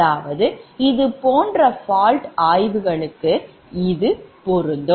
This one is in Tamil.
அதாவது இதுபோன்ற fault ஆய்வுகளுக்கு இது பொருந்தும்